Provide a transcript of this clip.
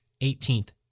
18th